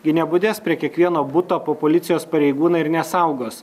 gi nebudės prie kiekvieno buto po policijos pareigūną ir nesaugos